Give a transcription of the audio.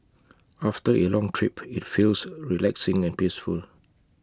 after A long trip IT feels relaxing and peaceful